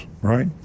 right